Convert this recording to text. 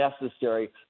necessary